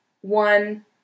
One